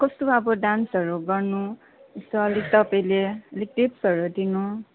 कस्तो अब डान्सहरू गर्नु यसो अलिक तपाईँले अलिक टिप्सहरू दिनु